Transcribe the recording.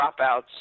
dropouts